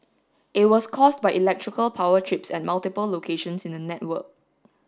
it was caused by electrical power trips at multiple locations in the network